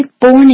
born